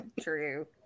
True